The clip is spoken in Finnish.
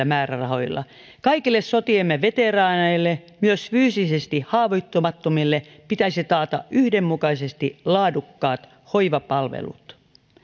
määrärahoilla kaikille sotiemme veteraaneille myös fyysisesti haavoittumattomille pitäisi taata yhdenmukaisesti laadukkaat hoivapalvelut